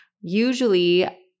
Usually